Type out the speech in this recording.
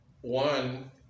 one